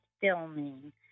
filming